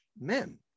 men